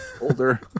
older